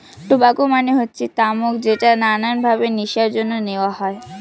tobacco মানে হচ্ছে তামাক যেটা নানান ভাবে নেশার জন্য নেওয়া হয়